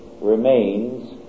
remains